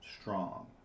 strong